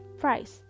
price